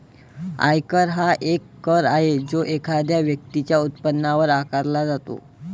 आयकर हा एक कर आहे जो एखाद्या व्यक्तीच्या उत्पन्नावर आकारला जातो